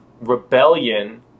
rebellion